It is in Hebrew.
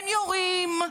הם יורים,